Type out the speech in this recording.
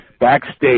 backstage